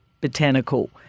botanical